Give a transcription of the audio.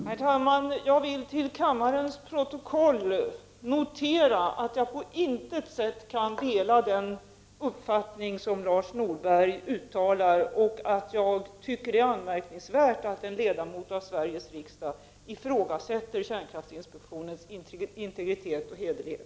Herr talman! Jag vill till riksdagens protokoll få noterat att jag på intet sätt kan dela den uppfattning som Lars Norberg uttalar — och att jag tycker det är anmärkningsvärt att en ledamot av Sveriges riksdag ifrågasätter kärnkraftinspektionens integritet och hederlighet.